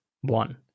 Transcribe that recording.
One